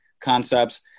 concepts